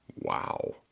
Wow